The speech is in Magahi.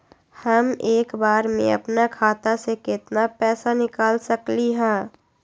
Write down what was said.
हम एक बार में अपना खाता से केतना पैसा निकाल सकली ह?